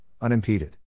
unimpeded